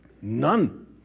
None